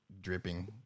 dripping